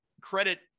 credit